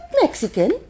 Mexican